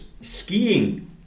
skiing